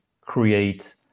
create